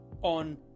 on